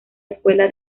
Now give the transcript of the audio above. escuela